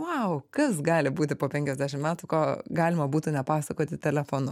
vau kas gali būti po penkiasdešim metų ko galima būtų nepasakoti telefonu